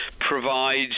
provides